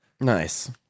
Nice